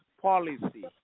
policy